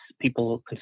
people